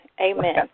Amen